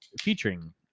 featuring